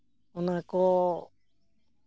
ᱚᱱᱟ ᱠᱚ